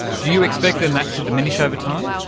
do you expect and that to diminish over time?